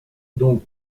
donc